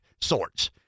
sorts